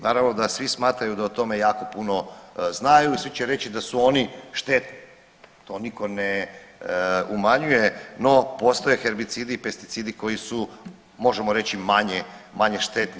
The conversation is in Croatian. Naravno da svi smatraju da o tome jako puno znaju i svi će reći da su oni štetni, to niko ne umanjuje, no postoje herbicidi i pesticidi koji su možemo reći manje štetni